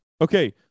okay